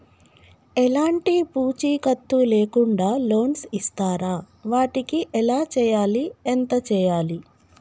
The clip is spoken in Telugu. ఎలాంటి పూచీకత్తు లేకుండా లోన్స్ ఇస్తారా వాటికి ఎలా చేయాలి ఎంత చేయాలి?